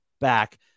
Back